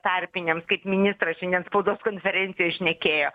tarpiniams kaip ministras šiandien spaudos konferencijoj šnekėjo